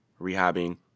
rehabbing